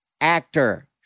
actor